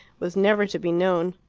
was never to be known.